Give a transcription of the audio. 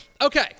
Okay